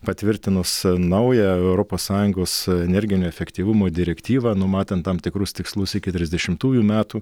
patvirtinus naują europos sąjungos energinio efektyvumo direktyvą numatant tam tikrus tikslus iki trisdešimtųjų metų